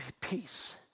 peace